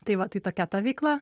tai va tai tokia ta veikla